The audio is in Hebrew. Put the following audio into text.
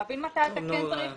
להבין מתי אתה כן צריך